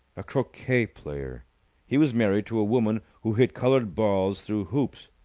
a croquet-player! he was married to a woman who hit coloured balls through hoops.